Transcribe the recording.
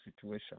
situation